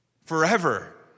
Forever